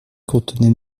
contenait